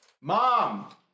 Mom